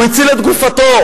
הוא הציל את גופתו.